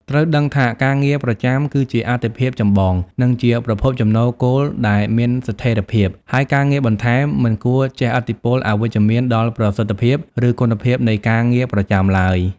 ត្រូវដឹងថាការងារប្រចាំគឺជាអាទិភាពចម្បង និងជាប្រភពចំណូលគោលដែលមានស្ថិរភាព ហើយការងារបន្ថែមមិនគួរជះឥទ្ធិពលអវិជ្ជមានដល់ប្រសិទ្ធភាព ឬគុណភាពនៃការងារប្រចាំឡើយ។។